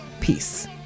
Peace